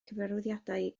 cyfarwyddiadau